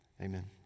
Amen